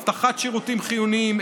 הבטחת שירותים חיוניים,